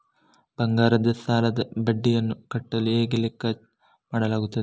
ಬಂಗಾರದ ಸಾಲದ ಬಡ್ಡಿಯನ್ನು ಕಟ್ಟಲು ಹೇಗೆ ಲೆಕ್ಕ ಮಾಡಲಾಗುತ್ತದೆ?